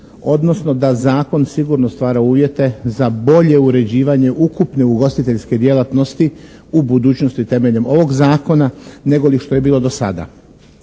odnosno da zakon sigurno stvara uvjete za bolje uređivanje ukupne ugostiteljske djelatnosti u budućnosti temeljem ovog Zakona negoli što je bilo do sada.